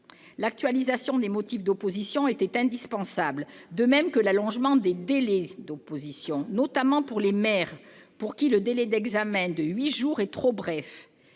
L'actualisation des motifs d'opposition était indispensable, de même que l'allongement des délais d'opposition, notamment pour les maires, pour qui le délai d'examen de huit jours est trop bref.